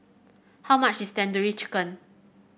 how much is Tandoori Chicken